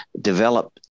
develop